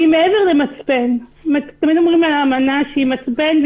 והיא מעבר למצפן תמיד אומרים על האמנה שהיא מצפן,